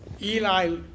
Eli